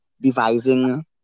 devising